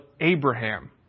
Abraham